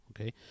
okay